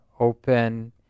Open